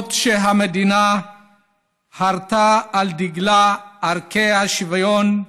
למרות שהמדינה חרתה על דגלה את ערכי השוויון,